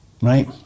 right